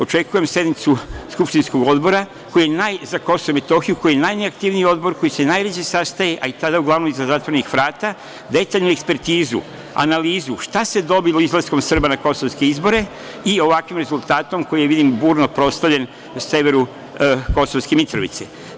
Očekujem sednicu skupštinskog Odbora za KiM, koji je najneaktivniji odbor, koji se najređe sastaje, a i tada uglavnom iza zatvorenih vrata, detaljnu ekspertizu, analizu, šta se dobilo izlaskom Srba na kosovske izbore i ovakvim rezultatom koji je, kako vidim, burno proslavljen na severu Kosovske Mitrovice.